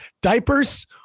Diapers